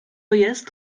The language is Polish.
jest